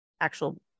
actual